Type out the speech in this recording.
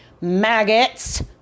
Maggots